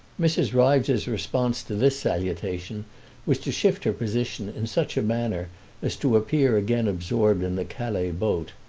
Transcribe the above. mrs. ryves's response to this salutation was to shift her position in such a manner as to appear again absorbed in the calais boat.